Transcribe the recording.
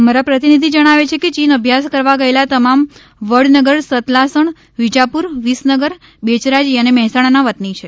અમારા પ્રતિનિધિ જણાવે છે કે ચીન અભ્યાસ કરવા ગયેલા તમામ વડનગર સતલાસણ વિજાપુર વિસનગર બેચરાજી અને મેહસાણાના વતની છે